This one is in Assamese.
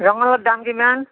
ৰঙালাওৰ দাম কিমান